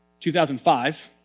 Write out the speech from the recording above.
2005